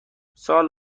سال